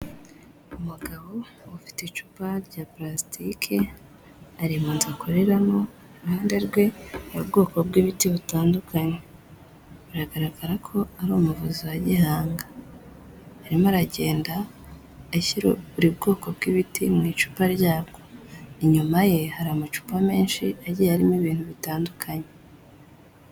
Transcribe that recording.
Umugabo ufite icupa rya plastike, ari munzu akoreramo, iruhande rwe mu bwoko bw'ibiti bitandukanye. Biragaragarako ari umuvuzi wa gihanga .Arimo aragenda ashyira buri bwoko bw'ibiti mu icupa ryabwo, inyuma ye hari amacupa menshi agiye arimo ibintu bitandukanye.